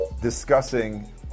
discussing